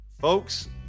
Folks